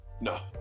No